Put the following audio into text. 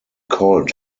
colt